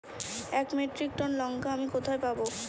এক metric ton লঙ্কা আমি কোথায় পাবো?